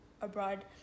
abroad